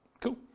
Cool